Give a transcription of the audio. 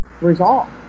resolve